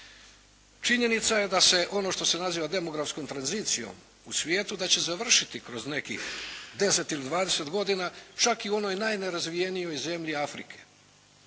Činjenica je da se ono što se naziva demografskom tranzicijom u svijetu da će završiti kroz nekih 10 ili 20 godina čak i u onoj najnerazvijenoj zemlji Africi.